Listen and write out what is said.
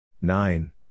Nine